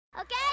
Okay